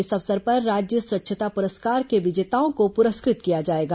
इस अवसर पर राज्य स्वच्छता पुरस्कार के विजेताओं को पुरस्कृत किया जाएगा